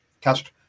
cast